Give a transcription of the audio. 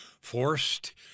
forced